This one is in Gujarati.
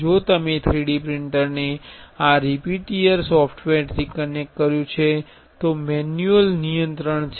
જો તમે 3D પ્રિંટરને આ રિપિટિઅર સોફ્ટવેરથી કનેક્ટ કર્યું છે તો મેન્યુઅલ નિયંત્રણ છે